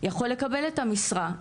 - יכול לקבל את המשרה.